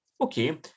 Okay